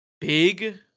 big